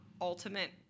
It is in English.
ultimate